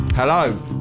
Hello